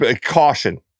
Caution